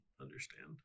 understand